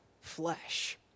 flesh